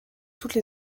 toutes